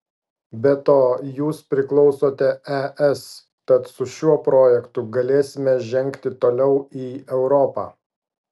be to jūs priklausote es tad su šiuo projektu galėsime žengti toliau į europą